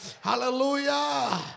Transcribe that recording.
Hallelujah